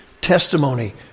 testimony